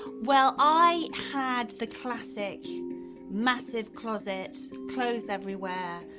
well, i had the classic massive closet, clothes everywhere,